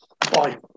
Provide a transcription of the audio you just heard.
Bye